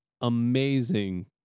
amazing